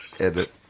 Edit